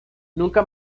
nunca